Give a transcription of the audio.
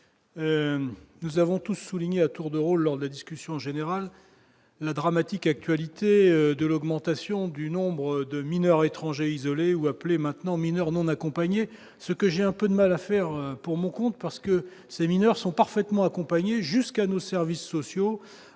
nous avons tous souligné à tour de Roland de la discussion générale. La dramatique actualité de l'augmentation du nombre de mineurs étrangers isolés ou appeler maintenant mineurs non accompagnés, ce que j'ai un peu de mal à faire pour mon compte parce que ces mineurs sont parfaitement accompagné jusqu'à nos services sociaux